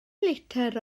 litr